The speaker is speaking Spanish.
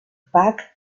tupac